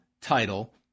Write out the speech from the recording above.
title